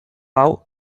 hau